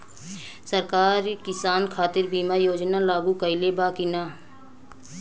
सरकार किसान खातिर बीमा योजना लागू कईले बा की ना?